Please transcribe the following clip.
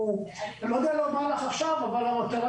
אני לא יכול לומר לך עכשיו אבל המטרה